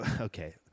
okay